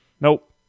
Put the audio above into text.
Nope